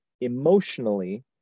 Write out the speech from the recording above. Emotionally